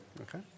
Okay